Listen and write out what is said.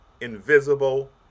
invisible